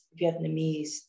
Vietnamese